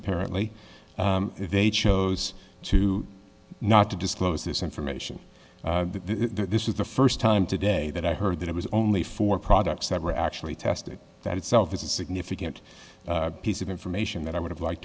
apparently they chose to not to disclose this information this is the first time today that i heard that it was only for products that were actually tested that itself is a significant piece of information that i would have liked